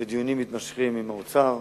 בדיונים מתמשכים עם האוצר.